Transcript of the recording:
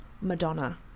Madonna